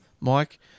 Mike